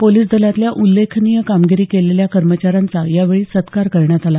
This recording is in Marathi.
पोलिस दलातल्या उल्लेखनीय कामगिरी केलेल्या कर्मचाऱ्यांचा यावेळी सत्कार करण्यात आला